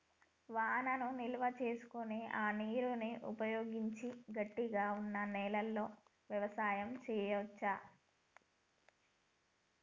వానను నిల్వ చేసుకొని ఆ నీరును ఉపయోగించి గట్టిగ వున్నా నెలలో వ్యవసాయం చెయ్యవచు